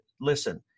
listen